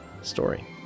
Story